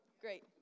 Great